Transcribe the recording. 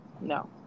no